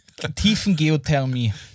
Tiefengeothermie